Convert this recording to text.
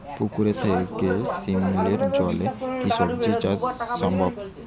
পুকুর থেকে শিমলির জলে কি সবজি চাষ সম্ভব?